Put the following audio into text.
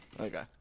okay